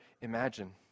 imagine